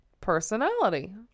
personality